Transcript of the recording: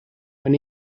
when